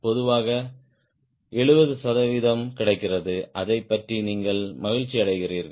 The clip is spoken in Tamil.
பொதுவாக 70 சதவிகிதம் கிடைக்கிறது அதைப் பற்றி நீங்கள் மகிழ்ச்சியடைகிறீர்கள்